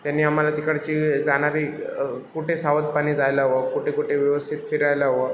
त्यांनी आम्हाला तिकडची जाणारी कुठे सावधपणे जायला हवं कुठे कुठे व्यवस्थित फिरायला हवं